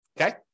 Okay